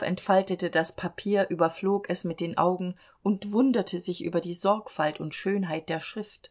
entfaltete das papier überflog es mit den augen und wunderte sich über die sorgfalt und schönheit der schrift